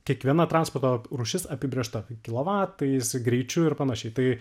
kiekviena transporto rūšis apibrėžta kilovatais greičiu ir panašiai tai